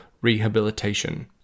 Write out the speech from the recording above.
rehabilitation